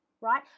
right